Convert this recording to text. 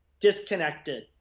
disconnected